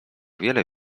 wiele